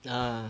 ah